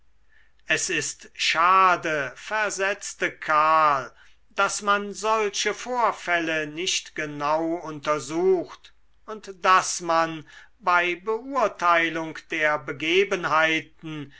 es ist schade versetzte karl daß man solche vorfälle nicht genau untersucht und daß man bei beurteilung der begebenheiten